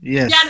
Yes